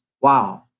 Wow